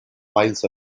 miles